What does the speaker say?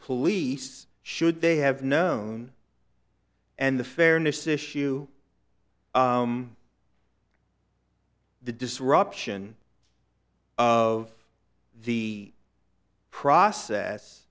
police should they have known and the fairness issue the disruption of the process